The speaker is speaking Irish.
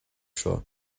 seo